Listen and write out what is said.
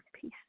Peace